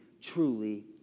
truly